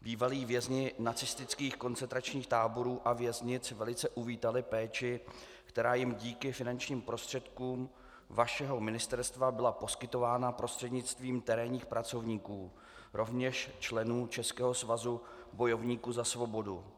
Bývalí vězni nacistických koncentračních táborů a věznic velice uvítali péči, která jim díky finančním prostředkům vašeho ministerstva byla poskytována prostřednictvím terénních pracovníků, rovněž členů Českého svazu bojovníků za svobodu.